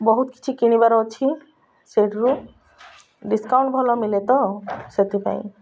ବହୁତ କିଛି କିଣିବାର ଅଛି ସେଇଠାରୁ ଡିସ୍କାଉଣ୍ଟ୍ ଭଲ ମିଳେ ତ ସେଥିପାଇଁ